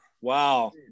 Wow